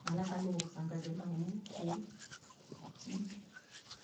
Haroho akandi aka orikusanga nikagendaho omuntu